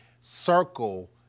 circle